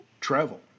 travel